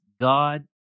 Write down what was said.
God